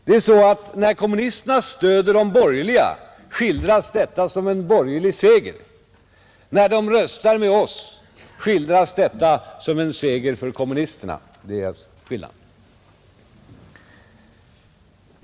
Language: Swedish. När alltså kommunisterna stöder de borgerliga skildras detta som en borgerlig seger; när de röstar med oss skildras detta som en seger för kommunisterna, Det är skillnaden.